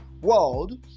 world